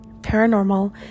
paranormal